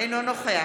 אינו נוכח